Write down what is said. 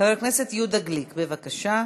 חבר הכנסת יהודה גליק, בבקשה.